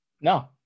No